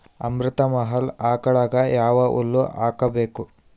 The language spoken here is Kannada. ಅಮೃತ ಮಹಲ್ ಆಕಳಗ ಯಾವ ಹುಲ್ಲು ಹಾಕಬೇಕು?